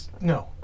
No